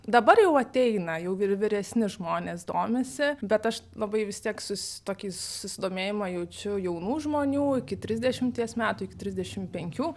dabar jau ateina jau ir vyresni žmonės domisi bet aš labai vis tiek susi tokį susidomėjimą jaučiu jaunų žmonių iki trisdešimties metų iki trisdešim penkių